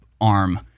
arm